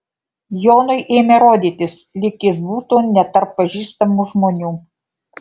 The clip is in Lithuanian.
jonui ėmė rodytis lyg jis būtų ne tarp pažįstamų žmonių